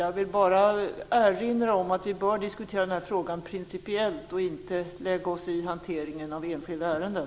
Jag vill erinra om att vi bör diskutera denna fråga principiellt, och inte lägga oss i hanteringen av enskilda ärenden.